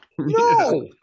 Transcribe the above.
No